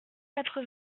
quatre